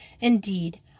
indeed